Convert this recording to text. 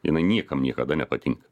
jinai niekam niekada nepatinka